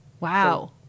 Wow